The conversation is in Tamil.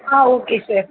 ah okay sir